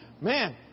man